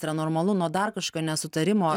yra normalu nuo dar kažkokio nesutarimo